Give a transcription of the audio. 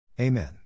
Amen